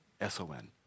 S-O-N